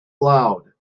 loud